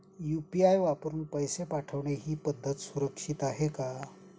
UPI वापरून पैसे पाठवणे ही पद्धत सुरक्षित आहे का?